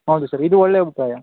ಹೌದು ಸರ್ ಇದು ಒಳ್ಳೆ ಉಪಾಯ